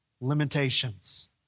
limitations